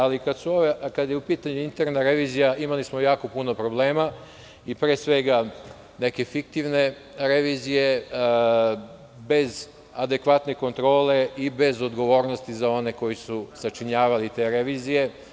Ali, kada je u pitanju interna revizija imali smo jako puno problema, pre svega, neke fiktivne revizije bez adekvatne kontrole i bez odgovornosti za one koji su sačinjavali te revizije.